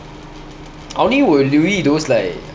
I only will 留意 those like